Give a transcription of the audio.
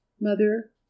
Mother